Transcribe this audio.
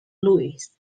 louis